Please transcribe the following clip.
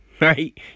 right